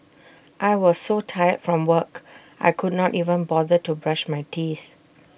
I was so tired from work I could not even bother to brush my teeth